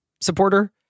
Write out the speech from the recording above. supporter